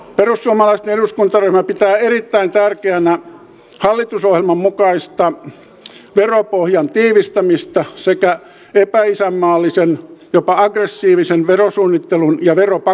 perussuomalaisten eduskuntaryhmä pitää erittäin tärkeänä hallitusohjelman mukaista veropohjan tiivistämistä sekä epäisänmaallisen jopa aggressiivisen verosuunnittelun ja veropakoilun kiristämistä